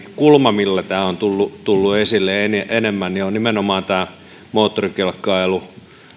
kulma mistä tämä on tullut esille enemmän on nimenomaan tämä moottorikelkkailu